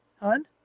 Hun